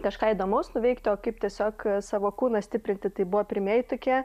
kažką įdomaus nuveikti o kaip tiesiog savo kūną stiprinti tai buvo pirmieji tokie